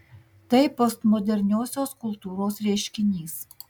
tai postmoderniosios kultūros reiškinys